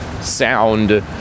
sound